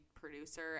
producer